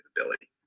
ability